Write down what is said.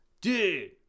dude